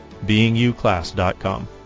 beinguclass.com